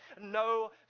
no